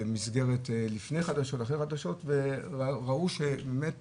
במסגרת לפני חדשות ואחרי חדשות וראו שבאמת